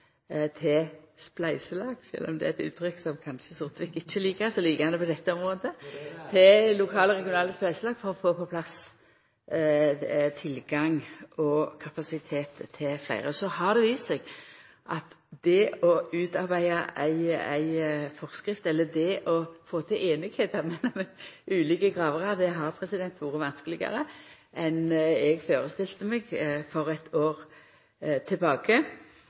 til lokale og regionale spleiselag – sjølv om det er eit uttrykk som kanskje Sortevik ikkje liker, liker han det på dette området – for å få på plass tilgang og kapasitet for fleire. Så har det vist seg at det å utarbeida ei forskrift eller det å få til semje mellom ulike gravarar har vore vanskelegare enn eg førestilte meg for eit år